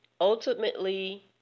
ultimately